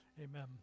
amen